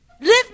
live